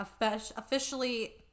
officially